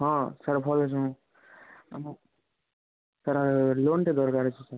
ହଁ ସାର୍ ଭଲ ଅଛନ୍ତି ସାର୍ ଲୋନ୍ଟା ଦରକାର ଅଛି ସାର୍